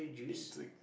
intrigues